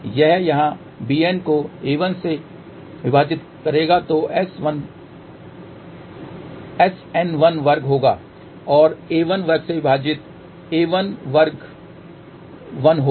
यह यहाँ bN को a1 से विभाजित करेगा जो SN1 वर्ग होगा और a1 वर्ग से विभाजित a1 वर्ग 1 होगा